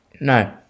No